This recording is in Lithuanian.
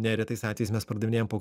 neretais atvejais mes pardavinėjam po